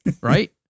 right